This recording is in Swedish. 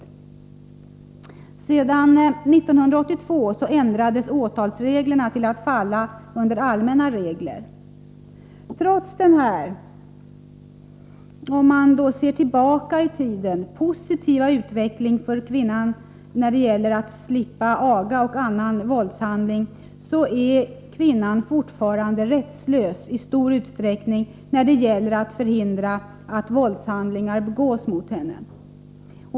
1982 ändrades åtalsreglerna för misshandel som inte ägt rum på allmän plats så att detta brott kom att falla under reglerna om allmänt åtal. Trots denna — om man ser tillbaka i tiden — positiva utveckling för kvinnan när det gäller att slippa aga och annan våldshandling, är kvinnan fortfarande i stor utsträckning rättslös i fråga om att förhindra att våldshandlingar begås mot henne.